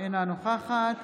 אינה נוכחת